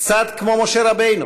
קצת כמו משה רבנו,